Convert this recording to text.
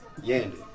Yandy